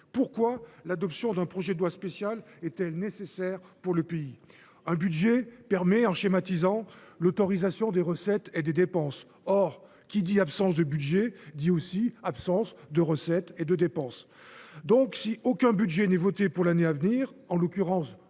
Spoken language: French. pourquoi l’adoption d’un projet de loi spéciale est elle nécessaire pour le pays ? Un budget permet, en schématisant, l’autorisation de percevoir des recettes et de réaliser des dépenses. Or qui dit absence de budget dit aussi absence de recettes et de dépenses. Si aucun PLF n’est voté pour l’année à venir, en l’occurrence